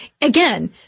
Again